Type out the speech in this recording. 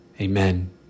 amen